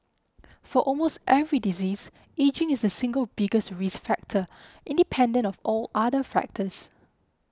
for almost every disease ageing is the single biggest risk factor independent of all other factors